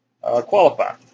qualify